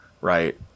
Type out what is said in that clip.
right